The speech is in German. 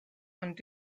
und